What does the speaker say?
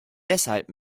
deshalb